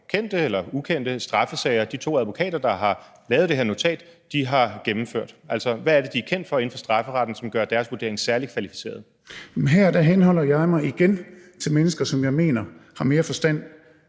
kendte eller ukendte straffesager, de to advokater, der har lavet det her notat, har gennemført. Altså, hvad er det, de er kendt for inden for strafferetten, som gør deres vurdering særlig kvalificeret? Kl. 14:20 Formanden (Henrik Dam Kristensen): Værsgo.